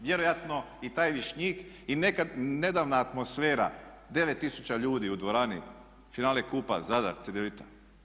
Vjerojatno i taj Višnjik i nedavna atmosfera 9 tisuća ljudi u dvorani, finale kupa Zadar-Cedevita.